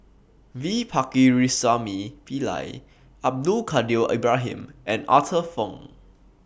V Pakirisamy Pillai Abdul Kadir Ibrahim and Arthur Fong